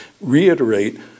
reiterate